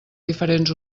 diferents